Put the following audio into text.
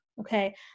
Okay